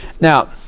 Now